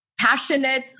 Passionate